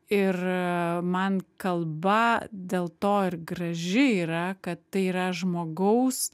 ir man kalba dėl to ir graži yra kad tai yra žmogaus